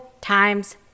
times